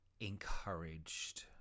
encouraged